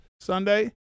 Sunday